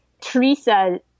Teresa